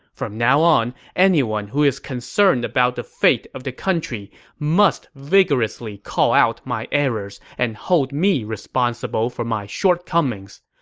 from now on, anyone who is concerned about the fate of the country must vigorously call out my errors and hold me responsible for my shortcomings.